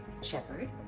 Shepard